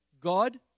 God